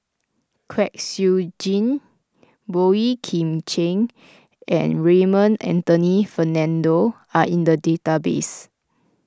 Kwek Siew Jin Boey Kim Cheng and Raymond Anthony Fernando are in the database